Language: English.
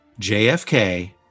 JFK